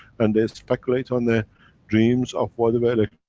and they speculate on the dreams of whatever,